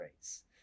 Race